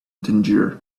tangier